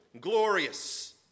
glorious